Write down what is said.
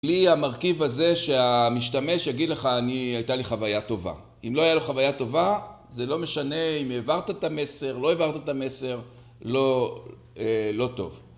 בלי המרכיב הזה שהמשתמש יגיד לך - "אני הייתה לי חוויה טובה", אם לא הייתה לו חוויה טובה, זה לא משנה אם העברת את המסר, לא העברת את המסר, לא טוב